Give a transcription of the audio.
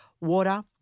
water